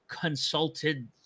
consulted